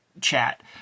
chat